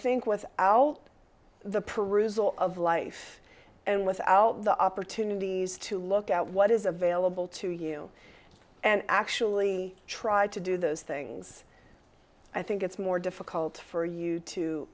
think with the perusal of life and without the opportunities to look at what is available to you and actually tried to do those things i think it's more difficult for you to